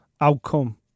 outcome